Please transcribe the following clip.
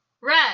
Red